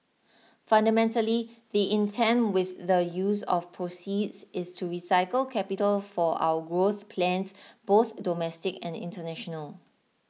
fundamentally the intent with the use of proceeds is to recycle capital for our growth plans both domestic and international